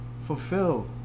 fulfill